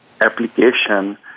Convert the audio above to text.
application